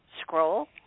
scroll